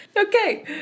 Okay